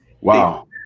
Wow